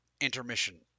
intermission